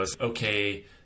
okay